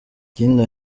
ikindi